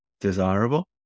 desirable